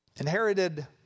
inherited